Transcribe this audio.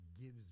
gives